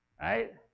right